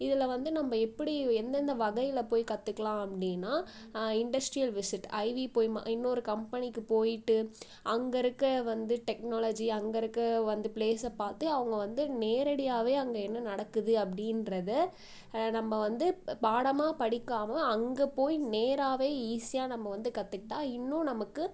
இதில் வந்து நம்ம எப்படி எந்த எந்த வகையில் போய் கத்துக்கலாம் அப்படின்னா இண்டஸ்ட்ரியல் விசிட் ஐவி போய் ம இன்னொரு கம்பெனிக்கு போயிட்டு அங்கே இருக்க வந்து டெக்னாலஜி அங்கே இருக்க வந்து ப்ளேஸ் பார்த்தே அவங்க வந்து நேரடியாகவே அங்கே என்ன நடக்குது அப்படின்றத நம்ம வந்து அ பாடமாக படிக்காமல் அங்கே போய் நேராகவே ஈஸியாக நம்ம வந்து கத்துக்கிட்டால் இன்னும் நமக்கு